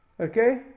okay